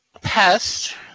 pest